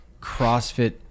crossfit